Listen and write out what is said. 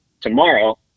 tomorrow